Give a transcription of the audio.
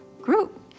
group